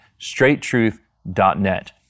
straighttruth.net